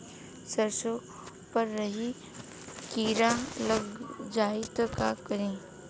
सरसो पर राही किरा लाग जाई त का करी?